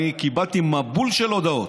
אני קיבלתי מבול של הודעות: